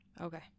Okay